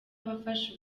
abafashe